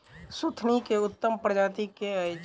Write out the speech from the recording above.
सुथनी केँ उत्तम प्रजाति केँ अछि?